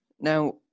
Now